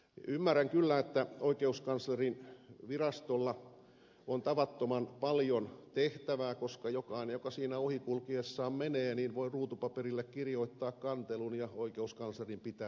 ymmärrän kyllä että oikeuskanslerinvirastolla on tavattoman paljon tehtävää koska jokainen joka siitä ohi kulkiessaan menee voi ruutupaperille kirjoittaa kantelun ja oikeuskanslerin pitää se tutkia